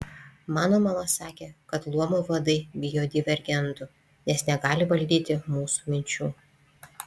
mano mama sakė kad luomų vadai bijo divergentų nes negali valdyti mūsų minčių